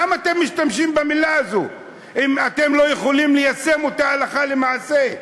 למה אתם משתמשים במילה הזאת אם אתם לא יכולים ליישם אותה הלכה למעשה?